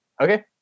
Okay